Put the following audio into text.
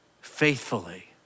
faithfully